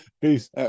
Peace